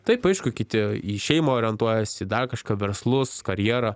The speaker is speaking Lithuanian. taip aišku kiti į šeimą orientuojasi dar kažką verslus karjerą